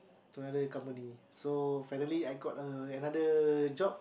to other company so finally I got a another job